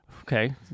okay